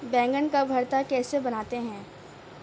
بینگن کا بھرتا کیسے بناتے ہیں